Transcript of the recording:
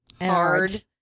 hard